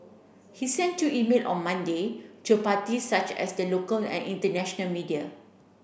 he sent two email on Monday to parties such as the local and international media